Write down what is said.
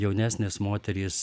jaunesnės moterys